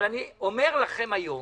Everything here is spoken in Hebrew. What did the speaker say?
אבל אני אומר לכם היום